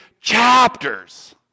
chapters